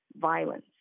violence